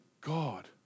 God